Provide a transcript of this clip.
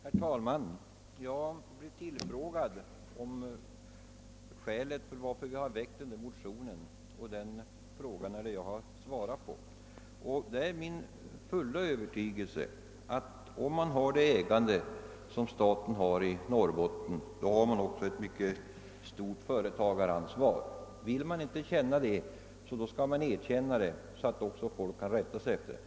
Herr talman! Jag blev tillfrågad om skälet till att vi väckt denna motion. Det är den frågan jag svarat på. Det är min fulla övertygelse, att staten med det ägande den har i Norrbotten också har ett mycket stort företagaransvar. Vill man inte ta det ansvaret, skall man erkänna det, så att folk kan rätta sig därefter.